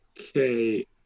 Okay